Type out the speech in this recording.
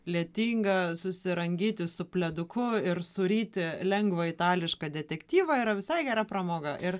lietingą susirangyti su pleduku ir suryti lengvą itališką detektyvą yra visai gera pramoga ir